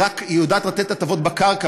היא יודעת לתת הטבות בקרקע,